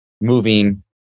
moving